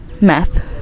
Meth